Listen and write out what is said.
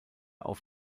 auf